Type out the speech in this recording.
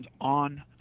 on